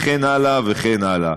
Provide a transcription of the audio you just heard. וכן הלאה וכן הלאה.